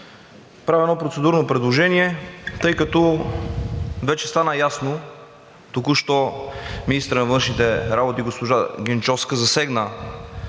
Правя едно процедурно предложение, тъй като вече стана ясно току-що, министърът на външните работи госпожа Генчовска засегна